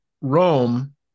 Rome